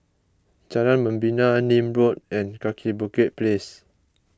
Jalan Membina Nim Road and Kaki Bukit Place